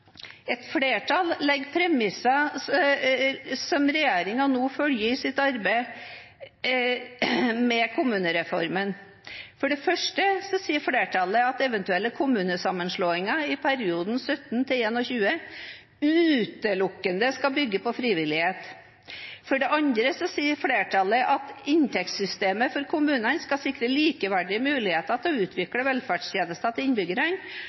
Et flertall legger premisser som regjeringen nå følger i sitt arbeid med kommunereformen. For det første sier flertallet at eventuelle kommunesammenslåinger i perioden 2017–2021 utelukkende skal bygge på frivillighet. For det andre sier flertallet at inntektssystemet for kommunene skal sikre likeverdige muligheter til å utvikle velferdstjenester til innbyggerne